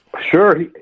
Sure